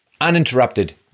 uninterrupted